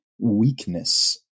weakness